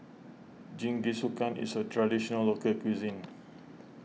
Jingisukan is a Traditional Local Cuisine